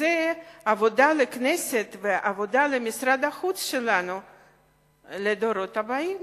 זו עבודה לכנסת ולמשרד החוץ, לדורות הבאים.